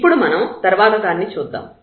ఇప్పుడు మనం తర్వాత దానిని చూద్దాం